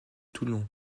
toulon